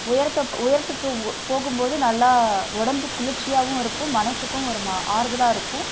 உயரத்தைப் உயரத்துக்கு பு போகும் போது நல்லா உடம்பு குளிர்ச்சியாகவும் இருக்கும் மனதுக்கும் ஒரு ம ஆறுதலாக இருக்கும்